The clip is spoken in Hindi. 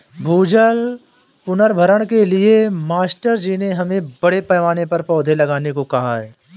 भूजल पुनर्भरण के लिए मास्टर जी ने हमें बड़े पैमाने पर पौधे लगाने को कहा है